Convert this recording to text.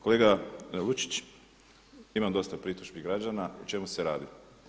Kolega Lučić, imam dosta pritužbi građana, o čemu se radi?